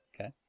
Okay